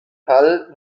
fall